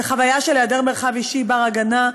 והחוויה של היעדר מרחב אישי בר-הגנה,